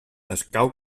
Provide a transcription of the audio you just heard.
escau